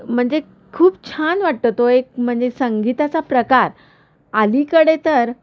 म्हणजे खूप छान वाटतं तो एक म्हणजे संगीताचा प्रकार अलीकडे तर